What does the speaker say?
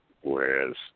Whereas